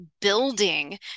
building